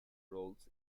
roles